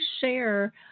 share